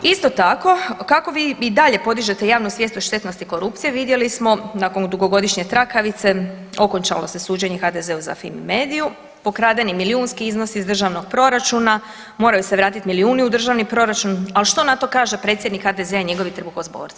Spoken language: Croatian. Isto tako, kako vi i dalje podižete javnu svijest o štetnosti korupcije, vidjeli smo nakon dugogodišnje trakavice, okončalo se suđenje HDZ-u za Fimi-mediu, pokradeni milijunski iznosi iz državnog proračuna, moraju se vratit milijuni u Državni proračun, ali što na to kaže predsjednik HDZ-a i njegovi trbuhozborci.